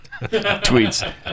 Tweets